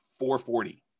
440